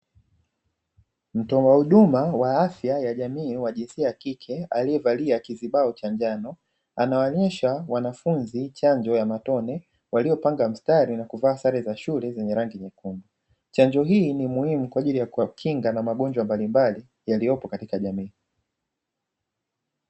Mtoa huduma wa afya ya jamii wa jinsia ya kike aliyevalia kizibao cha njano, anawanywesha wanafunzi chanjo ya matone waliopanga mstari na kuvaa sare za shule zenye rangi nyekundu, chanjo hii ni muhimu kwa ajili ya kuwakinga na magonjwa mbalimbali yaliyopo katika jamii.